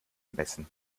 messen